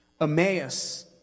Emmaus